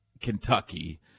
Kentucky